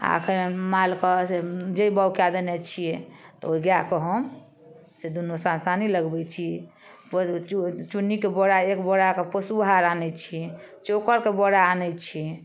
आओर एखन मालके से जे बाओग कए देने छियै तऽ उ गैआके हम से दुन्नू साँझ सानी लगबै छी चुन्नीके बोरा एक बोराके पोसुआहा रान्है छी चोकरके बोरा आनै छी